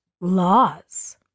laws